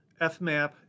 FMAP